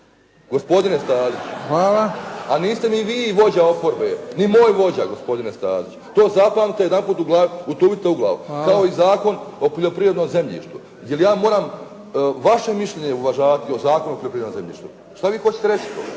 gospodine Staziću. A niste ni vi vođa oporbe, ni moj vođa gospodine Staziću. To zapamtite, jednom utuvite u glavu kao i Zakon o poljoprivrednom zemljištu. Jel' ja moram vaše mišljenje uvažavati o Zakonu o poljoprivrednom zemljištu. Šta vi hoćete reći to?